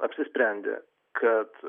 apsisprendė kad